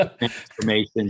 Information